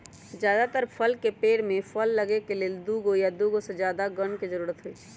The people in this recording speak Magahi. जदातर फल के पेड़ में फल लगे के लेल दुगो या दुगो से जादा गण के जरूरत होई छई